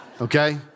okay